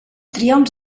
triomfs